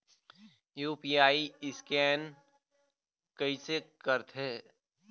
UPI scan कइसे करथे?